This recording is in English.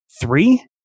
three